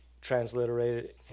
transliterated